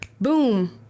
boom